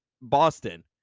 Boston